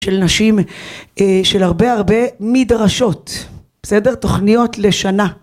של נשים, של הרבה הרבה מדרשות בסדר? תוכניות לשנה